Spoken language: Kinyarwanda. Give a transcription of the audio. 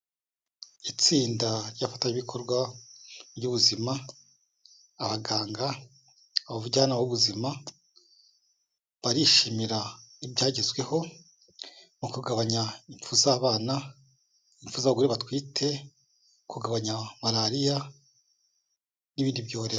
Itsinda ry'abafatanyabikorwa ry'ubuzima, abaganga, abajyanama b'ubuzima barishimira ibyagezweho mu kugabanya impfu z'abana, impfu z'abagore batwite, kugabanya malariya, n'ibindi byorezo.